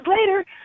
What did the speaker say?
later